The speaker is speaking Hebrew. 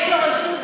יש לו רשות,